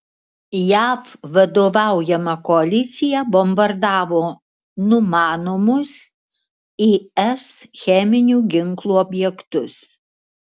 jav vadovaujama koalicija bombardavo numanomus is cheminių ginklų objektus